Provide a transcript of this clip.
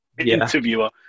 interviewer